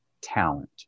talent